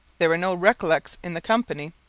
there were no recollets in the company,